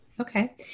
Okay